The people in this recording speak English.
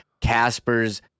Casper's